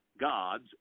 God's